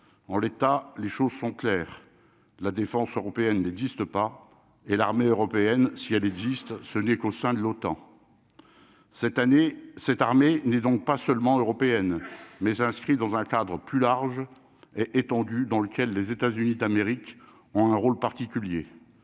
en l'état, les choses sont claires : la défense européenne n'existe pas et l'armée européenne, si elle existe, ce n'est qu'au sein de l'OTAN, cette année, cette armée n'est donc pas seulement européenne mais inscrit dans un cadre plus large et étendu dans lequel les États-Unis d'Amérique ont un rôle particulier